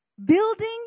Building